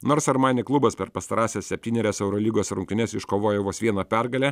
nors armani klubas per pastarąsias septynerias eurolygos rungtynes iškovojo vos vieną pergalę